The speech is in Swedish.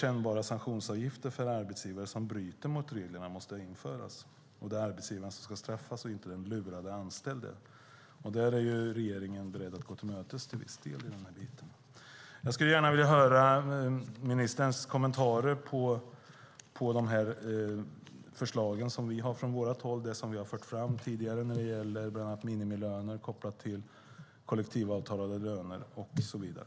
Kännbara sanktionsavgifter måste införas för arbetsgivare som bryter mot reglerna. Det är arbetsgivare som ska straffas, inte den anställde som har lurats. Där är regeringen beredd att till viss del gå oss till mötes. Jag vill gärna höra ministerns kommentarer till våra förslag när det bland annat gäller minimilöner kopplade till kollektivavtalade löner och så vidare.